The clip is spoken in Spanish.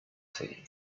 serie